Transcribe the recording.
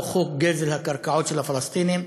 או חוק גזל הקרקעות של הפלסטינים,